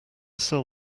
sell